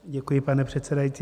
Děkuji, pane předsedající.